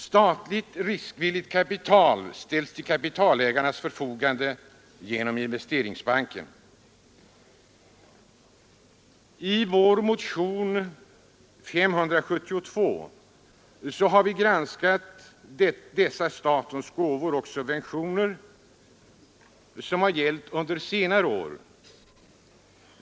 Statligt riskvilligt kapital ställs till kapitalägarnas förfogande genom Investeringsbanken. I vår motion 572 har vi granskat de statens gåvor och subventioner som har funnits under senare år.